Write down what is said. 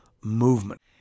movement